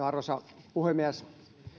arvoisa puhemies